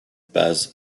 paz